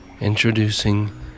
introducing